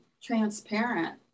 transparent